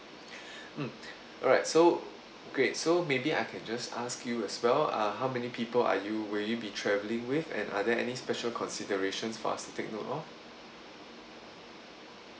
mm alright so great so maybe I can just ask you as well uh how many people are you will you be traveling with and are there any special considerations for us to take note of